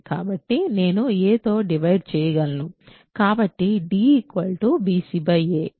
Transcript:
కాబట్టి నేను aతో డివైడ్ చేయగలను కాబట్టి d bca